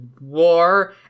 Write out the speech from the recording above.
war